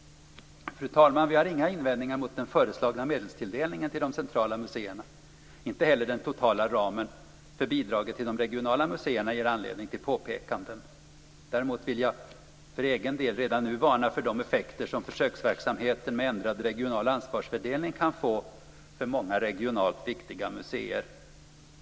Fru talman! Vi har inga invändningar mot den föreslagna medelstilldelningen till de centrala museerna. Inte heller den totala ramen för bidraget till de regionala museerna ger anledning till påpekanden. Däremot vill jag för egen del redan nu varna för de effekter som försöksverksamheten med ändrad regional ansvarsfördelning kan få för många regionalt viktiga museer.